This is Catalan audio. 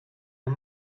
han